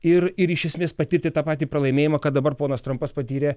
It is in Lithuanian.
ir ir iš esmės patirti tą patį pralaimėjimą kad dabar ponas trampas patyrė